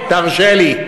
תרשה לי.